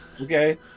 Okay